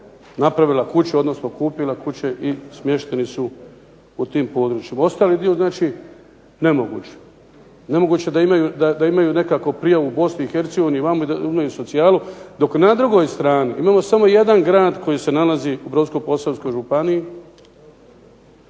napravila kuće odnosno kupila kuće i smješteni su u tim područjima. Ostali dio znači nemoguć. Nemoguće da imaju nekako prijavu u Bosni i Hercegovini i ovamo, da imaju socijalu. Dok na drugoj strani imamo samo jedan grad koji se nalazi u Brodsko-posavskoj županiji,